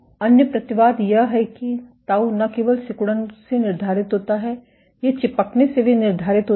अन्य प्रतिवाद यह है कि ताऊ न केवल सिकुड़न से निर्धारित होता है यह चिपकने से भी निर्धारित होता है